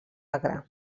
agra